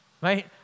right